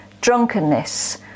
drunkenness